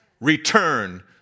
return